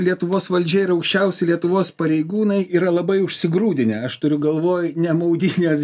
lietuvos valdžia ir aukščiausi lietuvos pareigūnai yra labai užsigrūdinę aš turiu galvoj ne maudynes